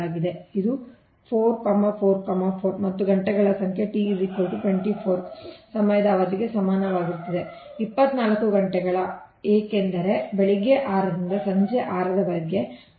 ಆದ್ದರಿಂದ ಇದು 4 4 4 ಮತ್ತು ಗಂಟೆಗಳ ಸಂಖ್ಯೆ T 24 ಸಮಯದ ಅವಧಿಗೆ ಸಮನಾಗಿರುತ್ತದೆ 24 ಗಂಟೆಗಳ ಏಕೆಂದರೆ ಬೆಳಿಗ್ಗೆ 6 ರಿಂದ 6 ರವರೆಗೆ ಮಧ್ಯಂತರ